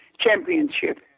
championship